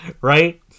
right